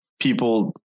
people